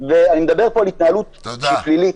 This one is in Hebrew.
אני מדבר פה על התנהלות שהיא פלילית,